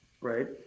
right